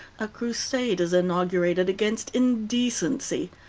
a crusade is inaugurated against indecency,